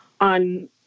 on